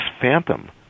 phantom